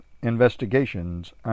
investigations